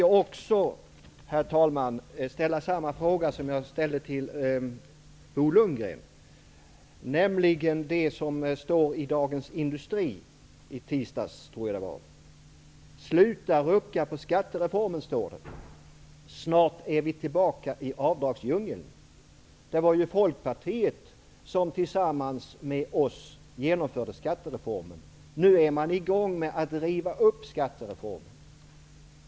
Jag skall också ställa samma fråga som jag ställde till Bo Lundgren med anledning av det som stod i Dagens industri i tisdags: ''Sluta rucka på skattereformen -- snart är vi tillbaka i avdragsdjungeln.'' Det var ju Folkpartiet som tillsammans med oss genomförde skattereformen. Nu är man i gång med att riva upp den.